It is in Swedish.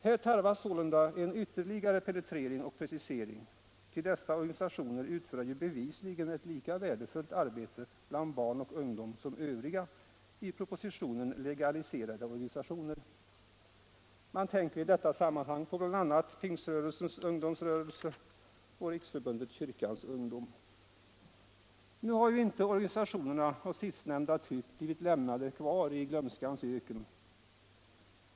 Här tarvas sålunda en ytterligare penetrering och precisering, ty dessa organisationer utför ju bevisligen ett lika värdefullt arbete bland barn och ungdom som övriga i. propositionen legaliserade organisationer. Man tänker i detta sammanhang på bl.a. Pingströrelsens ungdomsrörelse och Riksförbundet Kyrkans Ungdom. Nu har ju inte organisationer av sistnämnda typ blivit lämnade kvar i glömskans öken.